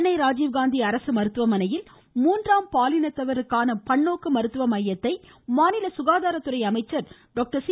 சென்னை ராஜீவ்காந்தி அரசு மருத்துவமனையில் மூன்றாம் பாலினத்தவருக்கான பன்னோக்கு மருத்துவ மையத்தை மாநில சுகாதாரத்துறை அமைச்சர் டாக்டர் சி